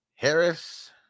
Harris